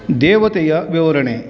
ದೇವತೆಯ ವಿವರಣೆ